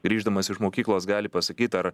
grįždamas iš mokyklos gali pasakyt ar